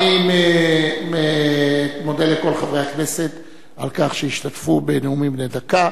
אני מודה לכל חברי הכנסת על כך שהשתתפו בנאומים בני דקה.